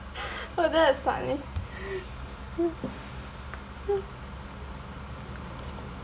uh that was funny